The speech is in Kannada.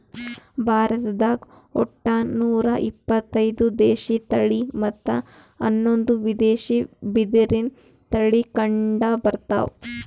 ಭಾರತ್ದಾಗ್ ಒಟ್ಟ ನೂರಾ ಇಪತ್ತೈದು ದೇಶಿ ತಳಿ ಮತ್ತ್ ಹನ್ನೊಂದು ವಿದೇಶಿ ಬಿದಿರಿನ್ ತಳಿ ಕಂಡಬರ್ತವ್